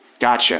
Gotcha